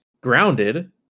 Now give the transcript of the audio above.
Grounded